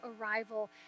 arrival